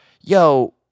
yo